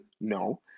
No